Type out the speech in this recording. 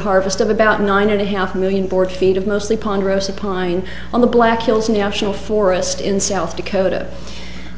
harvest of about nine and a half million board feet of mostly ponderosa pine on the black hills national forest in south dakota